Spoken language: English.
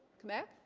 come back